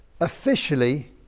officially